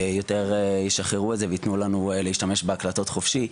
יותר ישחררו את זה וייתנו לנו להשתמש בהקלטות חופשי.